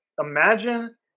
imagine